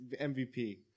MVP